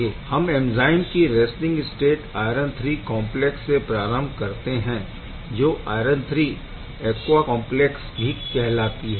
हम एंज़ाइम की resting state iron III complex से प्रारम्भ करते है जो आयरन III ऐक्वा कॉम्प्लेक्स भी कहलाता है